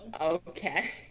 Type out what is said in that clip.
Okay